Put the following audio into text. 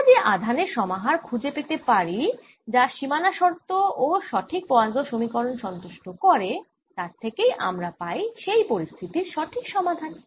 আমরা যে আধান এর সমাহার খুঁজে পেতে পারি যা সীমানা শর্ত ও সঠিক পোয়াসোঁ সমীকরণ সন্তুষ্ট করে তার থেকেই আমরা পাই সেই পরিস্থিতির সঠিক সমাধান